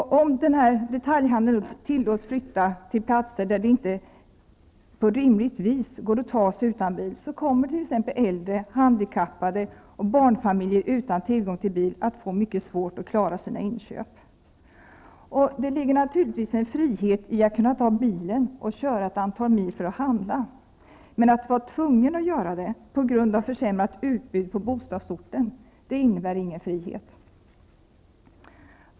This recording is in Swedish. Om detaljhandeln tillåts flytta till platser dit det inte på något rimligt sätt går att ta sig utan bil, kommer t.ex. äldre, handikappade och barnfamiljer utan tillgång till bil att få mycket svårt att klara sina inköp. Det ligger naturligtvis en frihet i att kunna ta bilen och köra ett antal mil för att handla, men att vara tvungen att göra det på grund av försämrat utbud på bostadsorten innebär ingen frihet.